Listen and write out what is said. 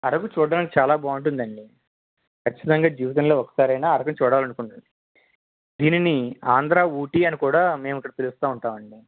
అరకు చూడ్డానికి చాలా బాగుంటుందండి ఖచ్చితంగా జీవితంలో ఒకసారి అయినా అరకు చూడాలి అనుకున్నాను దీనిని ఆంధ్ర ఊటీ అని కూడా మేము ఇక్కడ పిలుస్తామండి